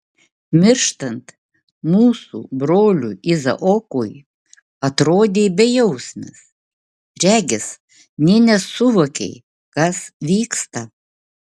mirštant mūsų broliui izaokui atrodei bejausmis regis nė nesuvokei kas vyksta